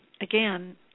again